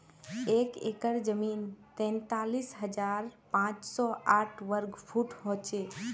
एक एकड़ जमीन तैंतालीस हजार पांच सौ साठ वर्ग फुट हो छे